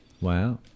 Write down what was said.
Wow